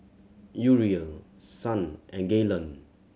Uriel Son and Gaylon